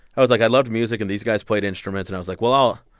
i was like i loved music, and these guys played instruments. and i was like, well,